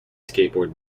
skateboard